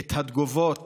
את התגובות